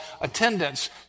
attendance